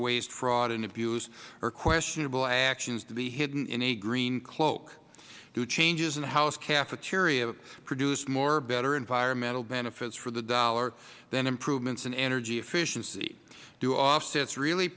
waste fraud and abuse or questionable actions to be hidden in a green cloak do changes in the house cafeteria produce more and better environmental benefits for the dollar than improvements in energy efficiency do offsets really